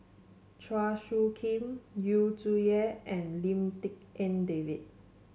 Chua Soo Khim Yu Zhuye and Lim Tik En David